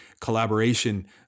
collaboration